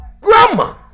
Grandma